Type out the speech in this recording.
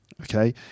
okay